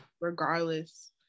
regardless